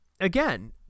again